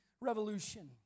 Revolution